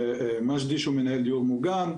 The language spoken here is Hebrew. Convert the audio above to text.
מג'די שהוא מנהל דיור מוגן,